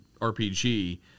RPG